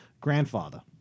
grandfather